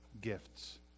gifts